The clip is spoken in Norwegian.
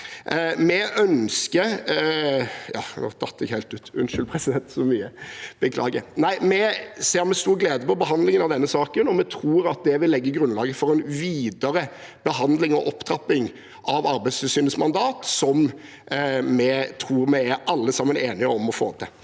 Vi ser med stor glede fram til behandlingen av denne saken, og vi tror at det vil legge grunnlaget for en videre behandling og opptrapping av Arbeidstilsynets mandat, som vi tror vi alle sammen er enige om å ville